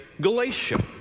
Galatia